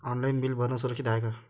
Online bill भरनं सुरक्षित हाय का?